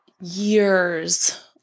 years